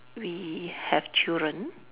we have children